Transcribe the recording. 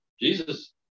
Jesus